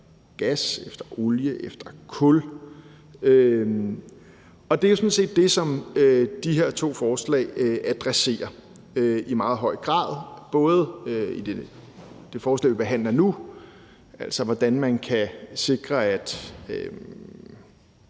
efter gas, efter olie, efter kul. Det er jo sådan set det, som de her to forslag adresserer i meget høj grad. Det gælder det forslag, vi behandler nu, altså i forhold til hvordan man kan sikre,